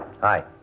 Hi